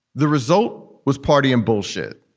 the result was party and bullshit.